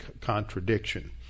contradiction